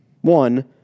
One